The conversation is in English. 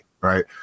right